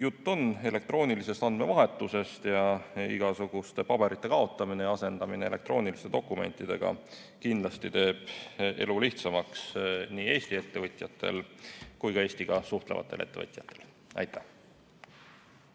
jutt on elektroonilisest andmevahetusest. Igasuguste paberite kaotamine ja elektrooniliste dokumentidega asendamine teeb kindlasti elu lihtsamaks nii Eesti ettevõtjatel kui ka Eestiga suhtlevatel ettevõtjatel. Aitäh!